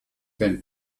werden